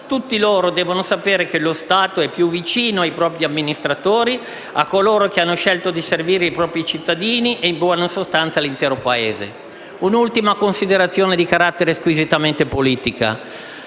tutti devono sapere che lo Stato è oggi più vicino ai propri amministratori, a coloro che hanno scelto di servire i propri cittadini e, in buona sostanza, all'intero Paese. Vorrei fare ora un'ultima considerazione di carattere squisitamente politico: